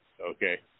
okay